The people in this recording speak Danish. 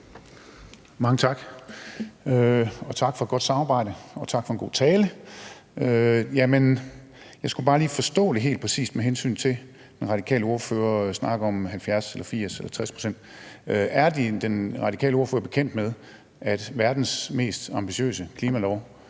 Mange tak. Tak for et godt samarbejde, og tak for en god tale. Jamen jeg skulle bare lige forstå det helt præcist, når den radikale ordfører snakker om 70, 80 eller 60 pct. Er den radikale ordfører bekendt med, at verdens mest ambitiøse klimalov